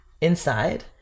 inside